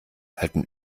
halten